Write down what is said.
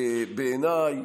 בעיניי,